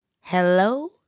Hello